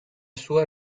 sua